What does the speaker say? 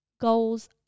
goals